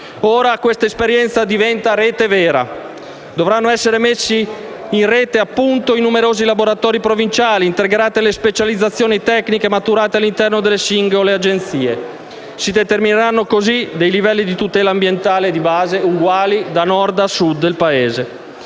Ora questa esperienza diventa rete vera: dovranno essere messi in rete i numerosi laboratori provinciali e integrate le specializzazioni tecniche maturate all'interno delle singole Agenzie. Si determineranno così dei livelli di tutela ambientale di base uguali da Nord a Sud del Paese.